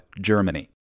Germany